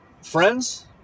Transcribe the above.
Friends